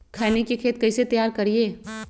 खैनी के खेत कइसे तैयार करिए?